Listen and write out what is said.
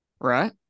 right